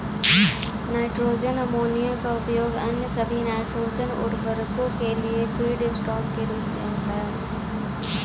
nitrogen ammonia का उपयोग अन्य सभी नाइट्रोजन उवर्रको के लिए फीडस्टॉक के रूप में होता है